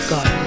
God